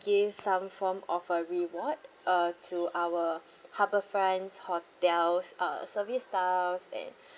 give some form of a reward uh to our harbourfront hotel's uh service staffs and